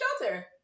shelter